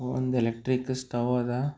ಒಂದು electric stove ಅದ